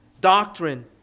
doctrine